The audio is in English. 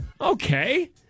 Okay